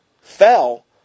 fell